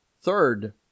Third